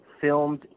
filmed